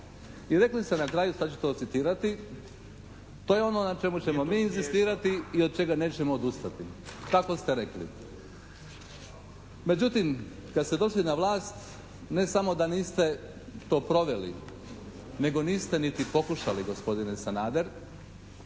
I rekli ste na kraju, sada ću to i citirati: "… to je ono na čemu ćemo mi inzistirati i od čega nećemo odustati." Tako ste rekli. Međutim, kada ste došli na vlast ne samo da niste to proveli. Nego niste ni pokušali, gospodine Sanader.